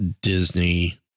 Disney